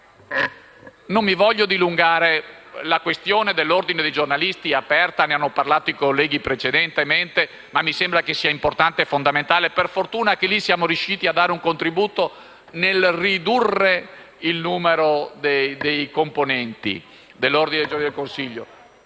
Non mi voglio dilungare sulla questione aperta dell'Ordine dei giornalisti; ne hanno parlato i colleghi precedentemente e mi sembra che sia importante e fondamentale. Per fortuna, lì siamo riusciti a dare un contributo nell'aumentare il numero dei componenti del Consiglio nazionale dell'Ordine.